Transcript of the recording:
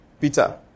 Peter